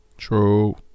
True